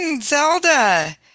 zelda